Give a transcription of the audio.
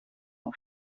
auf